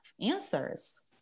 answers